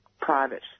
private